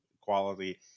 quality